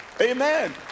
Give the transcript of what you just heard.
Amen